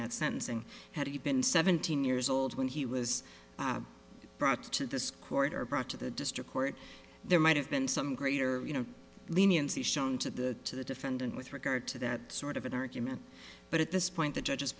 that sentencing had he been seventeen years old when he was brought to this quarter brought to the district court there might have been some greater leniency shown to the to the defendant with regard to that sort of an argument but at this point the judge